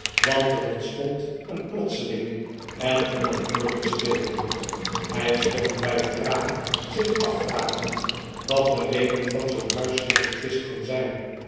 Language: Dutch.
want er ontstond een plotselinge en onnatuurlijke stilte hij stond bij het raam zich afvragend wat de reden van zoo'n huiselijken twist kon zijn